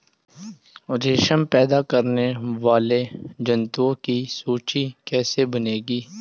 रेशम पैदा करने वाले जंतुओं की सूची कैसे बनेगी?